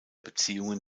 beziehungen